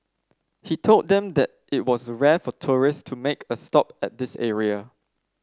he told them that it was rare for tourist to make a stop at this area